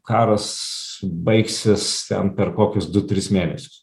karas baigsis ten per kokius du tris mėnesius